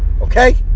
okay